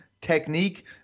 technique